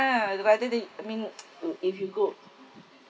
uh to buy the thing I mean ugh if you go